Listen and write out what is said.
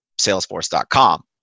salesforce.com